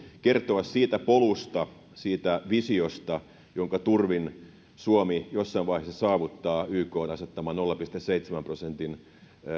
kertoa siitä polusta siitä visiosta jonka turvin suomi jossain vaiheessa saavuttaa ykn asettaman nolla pilkku seitsemän prosentin